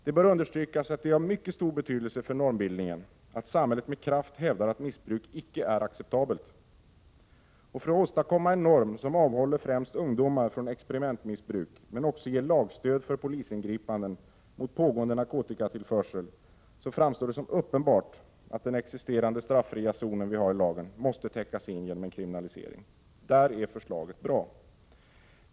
Det bör understrykas att det är av mycket stor betydelse för normbildningen att samhället med kraft hävdar att missbruk icke är acceptabelt. För att åstadkomma en norm som avhåller främst ungdomar från experimentmissbruk men också ger lagstöd för polisingripande mot pågående narkotikatillförsel framstår det som uppenbart att den nu existerande straffria zonen i lagen bör täckas in genom en kriminalisering. Där är förslaget bra.